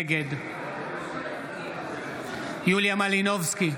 נגד יוליה מלינובסקי,